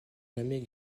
jamais